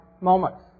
moments